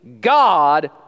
God